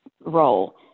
role